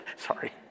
Sorry